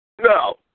No